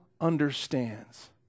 understands